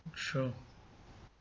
true